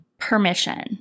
Permission